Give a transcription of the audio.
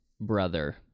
brother